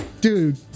dude